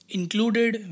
Included